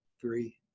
three